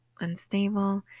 unstable